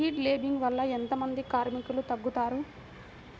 Seed లేంబింగ్ వల్ల ఎంత మంది కార్మికులు తగ్గుతారు?